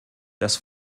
das